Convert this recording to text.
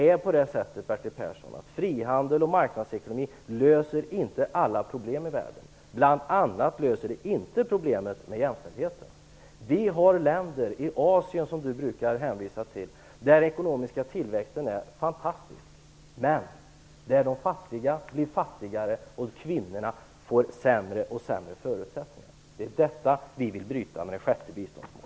Bertil Persson! Frihandel och marknadsekonomi löser inte alla problem i världen, bl.a. inte problemet med jämställdheten. Det finns länder i Asien, som Bertil Persson brukar hänvisa till, där den ekonomiska tillväxten är fantastisk, men de fattigare blir fattigare, och kvinnorna får allt sämre förutsättningar. Denna trend vill vi bryta med det sjätte biståndsmålet.